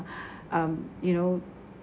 um you know